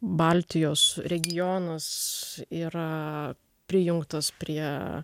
baltijos regionas yra prijungtas prie